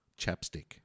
Chapstick